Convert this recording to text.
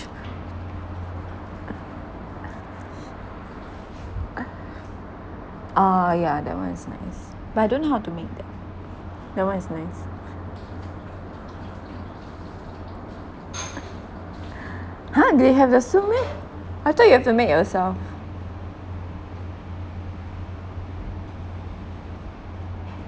oh yeah that one is nice but I don't know how to make that that one is nice !huh! they have the soup meh I thought you have to make your own self